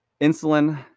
insulin